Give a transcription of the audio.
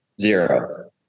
Zero